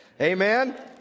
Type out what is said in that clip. Amen